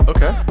Okay